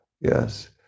yes